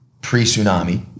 pre-tsunami